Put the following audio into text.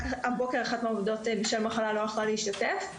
רק הבוקר אחת מהעובדות בשל מחלה לא היתה יכולה להשתתף.